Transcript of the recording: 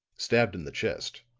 stabbed in the chest.